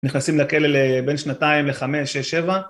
נכנסים לכלא לבין שנתיים, לחמש, שש, שבע.